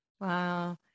Wow